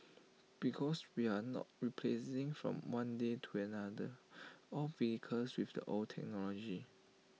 because we are not replacing from one day to another all vehicles with the old technology